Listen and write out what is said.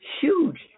huge